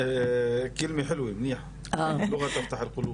(אומר בשפה הערבית, להלן תרגום חופשי)